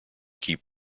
keep